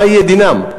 מה יהיה דינם?